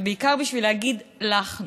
ובעיקר בשביל להגיד לך,